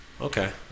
okay